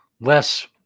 Less